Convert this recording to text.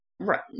Right